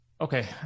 Okay